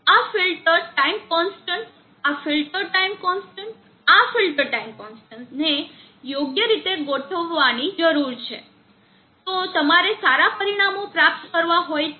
આ filter time constant આ filter time constant આ ફિલ્ટર ટાઇમ કોન્સ્ટન્ટ ને યોગ્ય રીતે ગોઠવવાની જરૂર છે જો તમારે સારા પરિણામો પ્રાપ્ત કરવા હોયતો